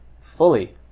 fully